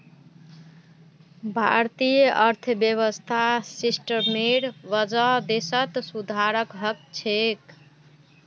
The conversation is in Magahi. भारतीय अर्थव्यवस्था सिस्टमेर वजह देशत सुधार ह छेक